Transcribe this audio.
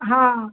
हा